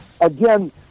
again